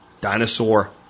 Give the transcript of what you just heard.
dinosaur